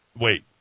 wait